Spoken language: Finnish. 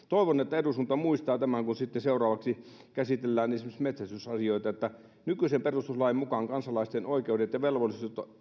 toivon että eduskunta muistaa tämän kun sitten seuraavaksi käsitellään esimerkiksi metsästysasioita että nykyisen perustuslain mukaan kansalaisten oikeudet ja